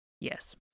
yes